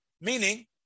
Meaning